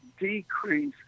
decrease